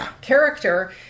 character